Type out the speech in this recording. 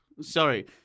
Sorry